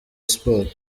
sports